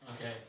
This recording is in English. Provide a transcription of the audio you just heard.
Okay